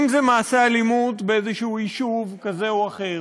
אם זה מעשי אלימות באיזשהו יישוב כזה או אחר,